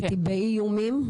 הייתי באיומים,